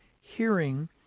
hearing